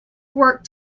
work